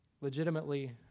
legitimately